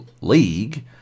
League